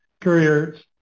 Courier's